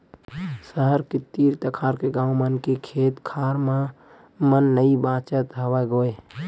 सहर के तीर तखार के गाँव मन के खेत खार मन नइ बाचत हवय गोय